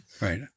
Right